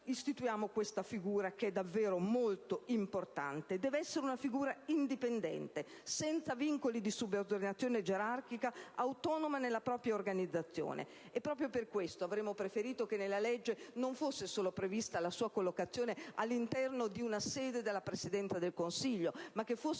istituiamo la figura del Garante che è davvero molto importante; deve essere una figura indipendente, senza vincoli di subordinazione gerarchica, autonoma nella propria organizzazione; proprio per questo avremmo preferito che nella legge non fosse prevista solo la sua collocazione all'interno di una sede della Presidenza del Consiglio, ma che fossero